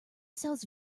sells